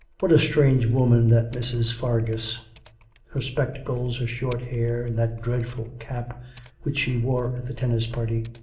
what a strange woman that mrs. fargus her spectacles, her short hair, and that dreadful cap which she wore at the tennis party!